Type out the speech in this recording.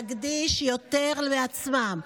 להקדיש יותר לעצמם,